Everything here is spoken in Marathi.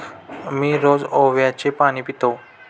मी रोज ओव्याचे पाणी पितो